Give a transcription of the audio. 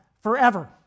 forever